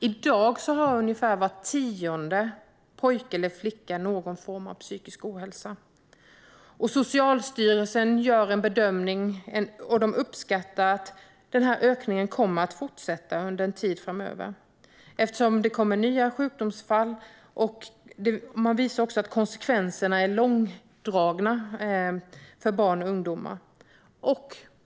I dag har ungefär var tionde pojke eller flicka någon form av psykisk ohälsa. Socialstyrelsen uppskattar att denna ökning kommer att fortsätta under en tid framöver, eftersom det kommer nya sjukdomsfall. Man visar också att konsekvenserna är långdragna för barn och ungdomar.